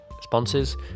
sponsors